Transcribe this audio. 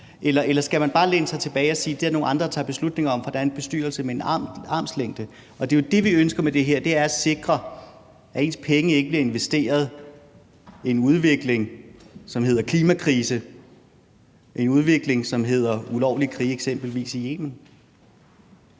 Eller skal man bare læne sig tilbage og sige, at det er der nogle andre, der tager beslutning om, for der er en bestyrelse med en armslængde? Og det, vi ønsker med det her, er jo at sikre, at ens penge ikke bliver investeret i en udvikling, som hedder klimakrise, en udvikling, som hedder ulovlige krige, eksempelvis i Yemen.